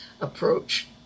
approach